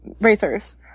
racers